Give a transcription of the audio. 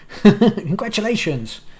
Congratulations